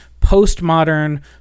postmodern